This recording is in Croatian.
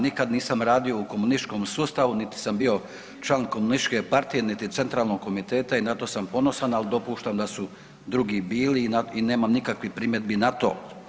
Nikad nisam radio u komunističkom sustavu, niti sam bio član komunističke partije, niti centralnog komiteta i na to sam ponosan, al dopuštam da su drugi bili i nemam nikakvih primjedbi na to.